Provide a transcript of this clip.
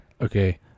Okay